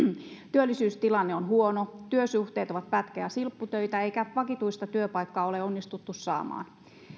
työllisyystilanne on huono työsuhteet ovat pätkä ja silpputöitä eikä vakituista työpaikkaa ole onnistuttu saamaan